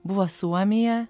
buvo suomija